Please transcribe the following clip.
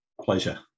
pleasure